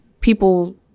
people